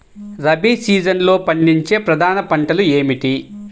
రబీ సీజన్లో పండించే ప్రధాన పంటలు ఏమిటీ?